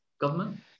Government